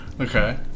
Okay